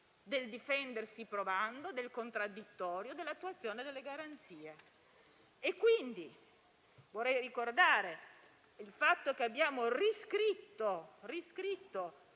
del difendersi provando, del contraddittorio, dell'attuazione delle garanzie. Vorrei quindi ricordare che il fatto che abbiamo riscritto